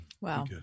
wow